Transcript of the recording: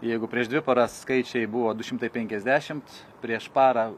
jeigu prieš dvi paras skaičiai buvo du šimtai penkiasdešimt prieš parą